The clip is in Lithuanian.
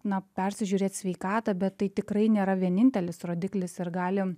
na persižiūrėt sveikatą bet tai tikrai nėra vienintelis rodiklis ir gali